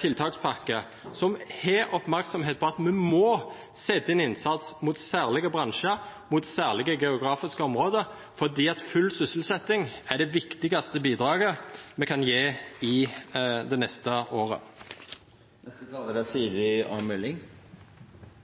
tiltakspakke, og som har oppmerksomhet på at vi må sette inn en innsats mot særlige bransjer og mot særlige geografiske områder, fordi full sysselsetting er det viktigste bidraget vi kan gi i det neste året.